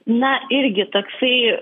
na irgi toksai